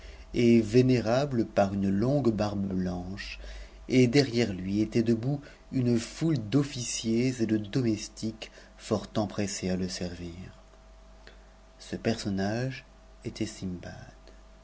et vénéfame par une longue barbe manchet et derrière lui étaient debout une u e d'obciers et de domestiques fort empressés à le servir ce personnage t t sindbad